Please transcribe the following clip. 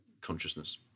consciousness